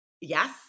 yes